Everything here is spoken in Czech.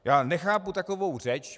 Já nechápu takovou řeč.